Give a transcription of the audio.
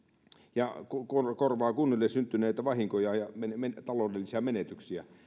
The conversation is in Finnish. ja korvaa kunnille syntyneitä vahinkoja ja taloudellisia menetyksiä